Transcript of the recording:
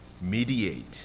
mediate